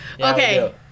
Okay